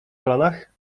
kolanach